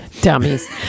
Dummies